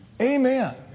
Amen